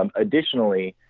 um additionally,